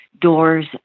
doors